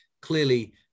clearly